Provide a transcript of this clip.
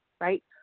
right